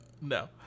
no